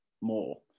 more